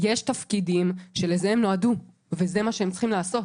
יש תפקידים שנועדו לזה, וזה מה שהם צריכים לעשות.